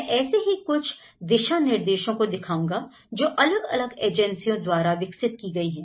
मैं ऐसे ही कुछ दिशानिर्देशों को दिखाऊंगा जो अलग अलग एजेंसियों द्वारा विकसित की गई है